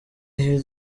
hill